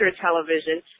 television